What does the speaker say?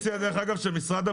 מה זה מוצרים לתינוקות?